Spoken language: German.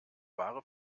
wahre